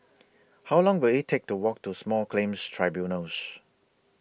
How Long Will IT Take to Walk to Small Claims Tribunals